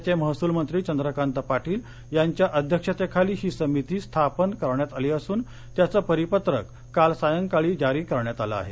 राज्याचे महसल मंत्री चंद्रकांत पाटील यांच्या अध्यक्षतेखाली ही समिती स्थापन करण्यात आली असून त्याचं परिपत्रक काल सायंकाळी जारी करण्यात आलं आहे